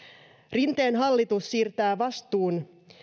rinteen hallitus siirtää vastuun